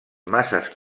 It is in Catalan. masses